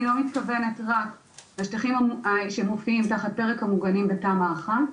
אני לא מתכוונת רק לשטחים שמופיעים תחת פרק המוגנים בתמ"א 1,